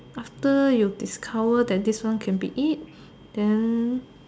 after you discover that this one can be eat then